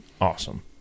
awesome